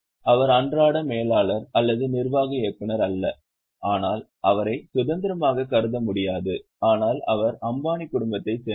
அவர் அன்றாட மேலாளர் அல்லது நிர்வாக இயக்குனர் அல்ல ஆனால் அவரை சுதந்திரமாக கருத முடியாது ஆனால் அவர் அம்பானி குடும்பத்தைச் சேர்ந்தவர்